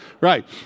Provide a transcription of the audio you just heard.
Right